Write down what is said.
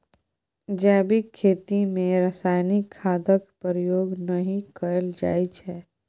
जैबिक खेती मे रासायनिक खादक प्रयोग नहि कएल जाइ छै